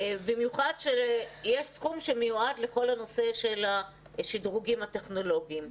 במיוחד שיש סכום שמיועד לכל הנושא של השדרוגים הטכנולוגים.